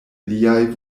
liaj